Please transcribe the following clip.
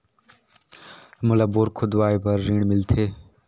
मोला बोरा खोदवाय बार ऋण मिलथे?